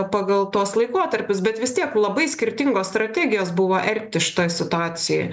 pagal tuos laikotarpius bet vis tiek labai skirtingos strategijos buvo elgtis šitoj situacijoj